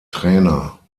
trainer